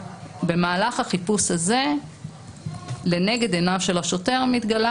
במהלך החיפוש הזה לנגד עיניו של השוטר מתגלה